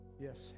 yes